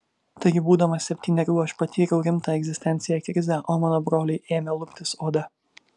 taigi būdamas septynerių aš patyriau rimtą egzistencinę krizę o mano broliui ėmė luptis oda